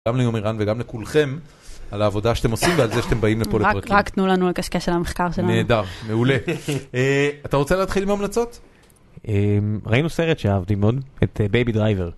גם ליומרן וגם לכולכם על העבודה שאתם עושים ועל זה שאתם באים לפה לפרקים. רק תנו לנו לקשקש על המחקר שלנו. נהדר, מעולה. אתה רוצה להתחיל עם המלצות? ראינו סרט שאהבתי מאוד, את בייבי דרייבר.